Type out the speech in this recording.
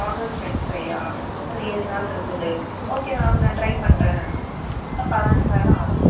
August twenty five இன்னும் ஏழு நாள் இருக்குது ஓகே மேம் நான் டிரை பண்ணுறேன் பதினஞ்சாயிரம் ஆகும்